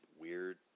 weird